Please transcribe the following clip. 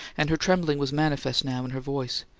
and her trembling was manifest now in her voice.